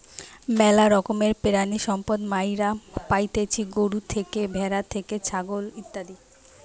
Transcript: ম্যালা রকমের প্রাণিসম্পদ মাইরা পাইতেছি গরু থেকে, ভ্যাড়া থেকে, ছাগল ইত্যাদি